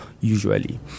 usually